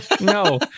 no